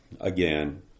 again